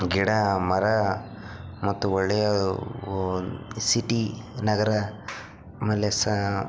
ಗಿಡ ಮರ ಮತ್ತು ಒಳ್ಳೆಯ ಸಿಟಿ ನಗರ ಆಮೇಲೆ ಸಹ